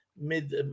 mid